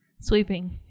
sweeping